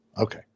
Okay